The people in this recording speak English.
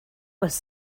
was